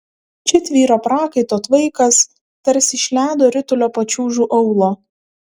čia tvyro prakaito tvaikas tarsi iš ledo ritulio pačiūžų aulo